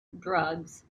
drugs